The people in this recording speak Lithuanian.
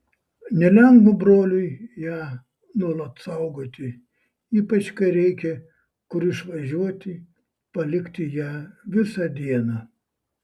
nelengva broliui ją nuolat saugoti ypač kai reikia kur išvažiuoti palikti ją visą dieną